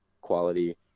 quality